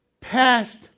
Past